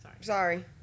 sorry